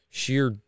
sheer